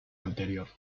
anterior